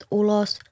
ulos